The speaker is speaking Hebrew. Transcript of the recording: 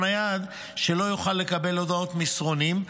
נייד שלא יכול לקבל הודעות מסרונים,